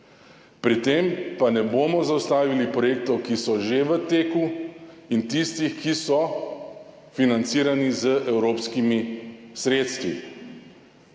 Pri tem pa ne bomo zaustavili projektov, ki so že v teku, in tistih, ki so financirani z evropskimi sredstvi.